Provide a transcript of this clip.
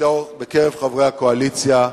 בקרב חברי הקואליציה,